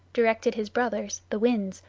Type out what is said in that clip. directed his brothers, the winds,